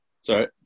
Sorry